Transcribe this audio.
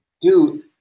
Dude